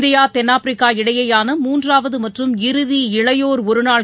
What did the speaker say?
India தென்னாப்பிரிக்கா இடையேயான மூன்றாவதுமற்றும் இறுதி இளையோர் ஒருநாள்